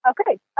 Okay